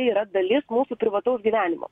tai yra dalis mūsų privataus gyvenimo